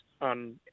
on